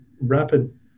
rapid